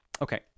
Okay